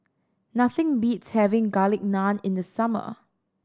nothing beats having Garlic Naan in the summer